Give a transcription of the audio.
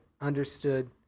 Understood